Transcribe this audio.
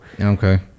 Okay